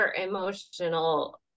emotional